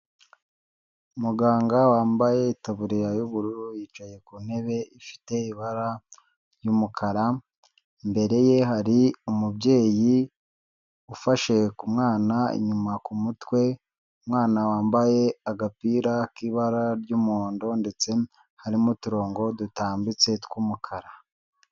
Umuganga wambaye itaburiya y'ubururu yicaye ku ntebe ifite ibara ry'umukara, imbere ye hari umubyeyi ufashe ku mwana inyuma ku mutwe, umwana wambaye agapira k'ibara ry'umuhondo ndetse harimo uturongo dutambitse tw'umukara.